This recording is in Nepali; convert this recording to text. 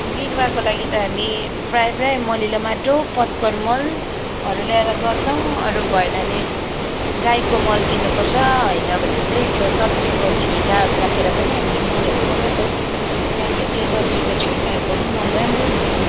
बिरुवाको लागि त हामी प्राय प्राय मलिलो माटो पत्कर मलहरू ल्यएर गर्छौँ अरू भएन भने गाईको मल किन्नुपर्छ होइन भने चाहिँ त्यो सब्जीको छिल्काहरू राखेर पनि हामीले मलहरू बनाउँछौँ त्यहाँ त्यो सब्जीको छिल्काहरूको पनि मल राम्रो हुन्छ